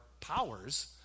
powers